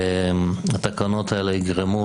התקנות האלה יגרמו,